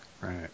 Right